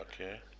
Okay